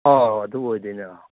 ꯑꯥ ꯑꯗꯨ ꯑꯣꯏꯗꯦꯅꯦ